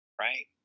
right